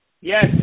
Yes